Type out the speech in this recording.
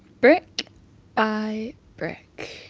brick by brick,